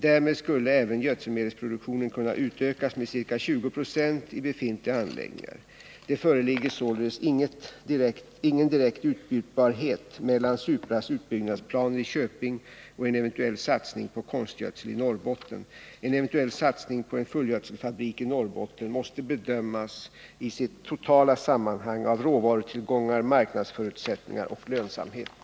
Därmed skulle även gödselmedelsproduktionen kunna utökas med ca 20 96 i befintliga anläggningar. Det föreligger således ingen direkt utbytbarhet mellan Supras utbyggnadsplaner i Köping och en eventuell satsning på konstgödsel i Norrbotten. En eventuell satsning på en fullgödselfabrik i Norrbotten måste bedömas i sitt totala sammanhang av råvarutillgångar, marknadsförutsättningar och lönsamhet.